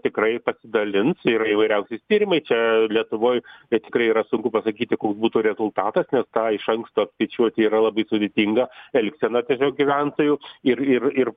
tikrai pasidalins ir įvairiausi tyrimai čia lietuvoj tai tikrai yra sunku pasakyti koks būtų rezultatas nes tą iš anksto apskaičiuoti yra labai sudėtinga elgsena tiesiog gyventojų ir ir ir